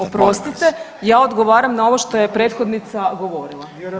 Oprostite, ja odgovaram na ovo što je prethodnica govorila.